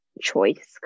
choice